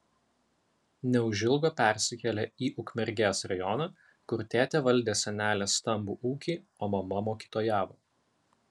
neužilgo persikėlė į ukmergės rajoną kur tėtė valdė senelės stambų ūkį o mama mokytojavo